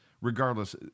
regardless